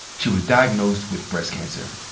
she was diagnosed with breast cancer.